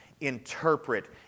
interpret